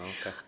Okay